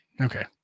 okay